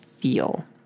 feel